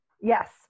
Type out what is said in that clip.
yes